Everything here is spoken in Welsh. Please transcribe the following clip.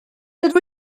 dydw